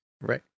Right